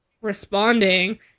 responding